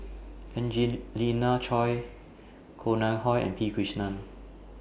Angelina Choy Koh Nguang How and P Krishnan